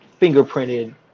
fingerprinted